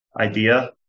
idea